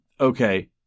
okay –